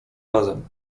razem